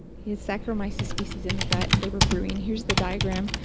he has saccharomyces species in the gut, they were brewing. here's the diagram.